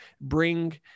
bring